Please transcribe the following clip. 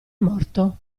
morto